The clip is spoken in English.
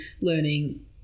learning